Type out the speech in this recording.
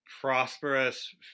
prosperous